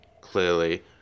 clearly